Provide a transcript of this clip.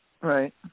Right